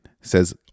says